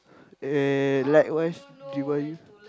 and likewise D_Y_U